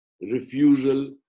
refusal